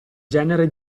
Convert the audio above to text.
genere